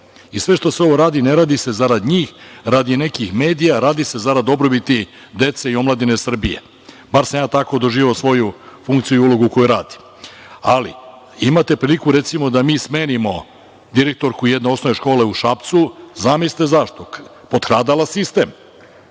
I sve ovo što se radi, ne radi se zarad njih, radi nekih medija, radi se zarad dobrobiti dece i omladine Srbije. Bar sam ja tako doživeo svoju funkciju i ulogu koju radim. Ali, imate priliku, recimo, da mi smenimo direktorku jedne osnovne škole u Šapcu, zamislite zašto - potkradala sistem,